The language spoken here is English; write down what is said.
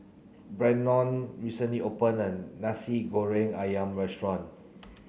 Brennon recently opened a Nasi Goreng Ayam restaurant